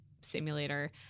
simulator